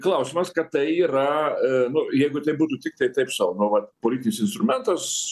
klausimas kad tai yra nu jeigu tai būtų tiktai taip sau nu vat politinis instrumentas